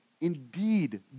indeed